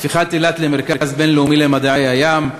הפיכת אילת למרכז בין-לאומי למדעי הים,